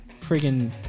friggin